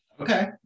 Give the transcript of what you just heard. Okay